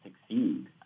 succeed